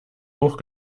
hoch